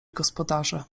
gospodarze